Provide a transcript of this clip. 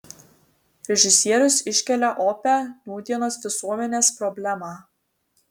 režisierius iškelia opią nūdienos visuomenės problemą